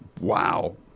wow